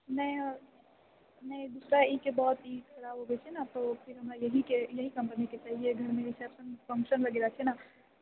नहि हँ नहि एहिके बहुत ही खराब हो गेल छलै तो फिर हमरा इएहके इएह कमरामे तऽ एहिए घरमे रिसेप्शन फंक्शन वगैरह छै ने